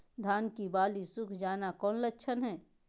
धान की बाली सुख जाना कौन लक्षण हैं?